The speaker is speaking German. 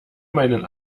meinen